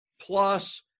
plus